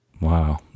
Wow